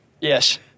yes